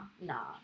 nah